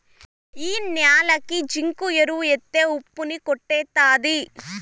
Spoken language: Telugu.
ఈ న్యాలకి జింకు ఎరువు ఎత్తే ఉప్పు ని కొట్టేత్తది